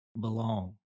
belong